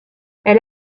elle